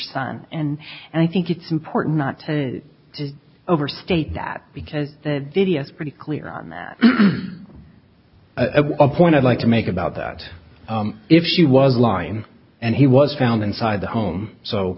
son and i think it's important not to overstate that because the video is pretty clear on that point i'd like to make about that if she was lying and he was found inside the home so